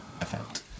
effect